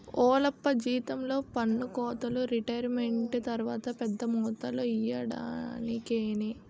ఓలప్పా జీతాల్లో పన్నుకోతలు రిటైరుమెంటు తర్వాత పెద్ద మొత్తంలో ఇయ్యడానికేనే